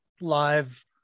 live